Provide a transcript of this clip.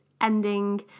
ending